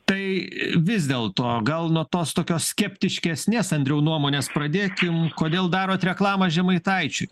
tai vis dėl to gal nuo tos tokios skeptiškesnės andriau nuomonės pradėkim kodėl darot reklamą žemaitaičiui